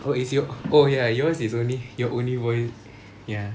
oh it's your oh ya yours is only your only voice ya